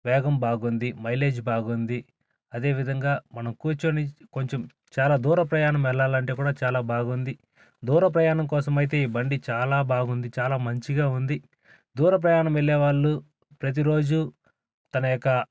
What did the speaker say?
వేగం బాగుంది మైలేజ్ బాగుంది అదే విధంగా మనం కూర్చొని కొంచెం చాలా దూర ప్రయాణం వెళ్లాలంటే కూడా చాలా బాగుంది దూర ప్రయాణం కోసమైతే ఈ బండి చాలా బాగుంది చాలా మంచిగా ఉంది దూర ప్రయాణం వెళ్లే వాళ్ళు ప్రతి రోజు తన యొక్క